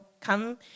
come